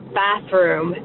bathroom